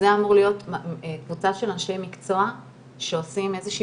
זה אמור להיות קבוצה של אנשי מקצוע שעושים איזה שהיא